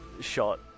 shot